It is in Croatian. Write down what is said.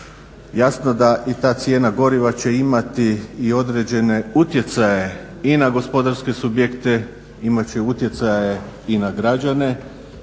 jasno da će i ta cijena goriva imati određene utjecaje i na gospodarske subjekte, imat će utjecaje i na građane